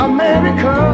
America